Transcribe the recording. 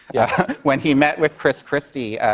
yeah when he met with chris christie,